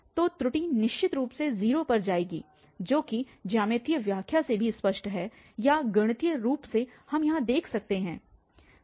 तो त्रुटि निश्चित रूप से 0 पर जाएगी जो कि ज्यामितीय व्याख्या से भी स्पष्ट है या गणितीय रूप से हम यहाँ देख सकते हैं